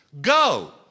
go